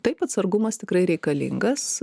taip atsargumas tikrai reikalingas